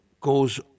goes